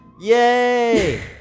Yay